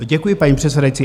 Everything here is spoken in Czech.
Děkuji, paní předsedající.